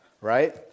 right